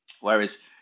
Whereas